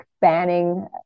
banning